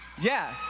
yeah.